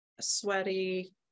sweaty